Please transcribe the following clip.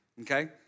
okay